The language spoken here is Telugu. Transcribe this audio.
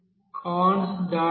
గా పరిగణించాలి